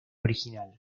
original